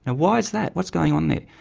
and why is that, what's going on there?